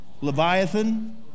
Leviathan